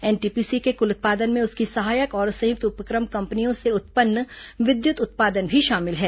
NTPC के कल उत्पादन में उसकी सहायक और संयुक्त उपक्रम कंपनियों से उत्पन्न विद्युत उत्पादन भी शामिल है